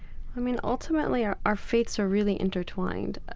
i mean, ultimately our our faiths are really intertwined.